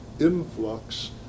influx